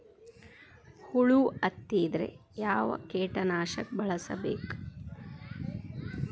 ಹುಳು ಹತ್ತಿದ್ರೆ ಯಾವ ಕೇಟನಾಶಕ ಬಳಸಬೇಕ?